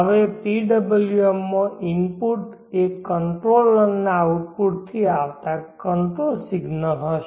હવે PWM માં input એ કંટ્રોલર ના આઉટપુટથી આવતા કંટ્રોલ સિગ્નલ હશે